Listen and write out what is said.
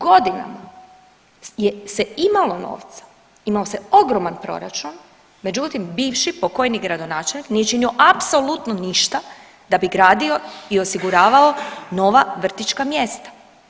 Godinama se imalo novca, imao se ogroman proračun, međutim bivši pokoji gradonačelnik nije činio apsolutno ništa da bi gradio i osiguravao nova vrtićka mjesta.